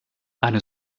eine